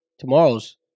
Tomorrow's